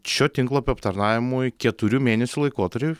šio tinklo aptarnavimui keturių mėnesių laikotarpiui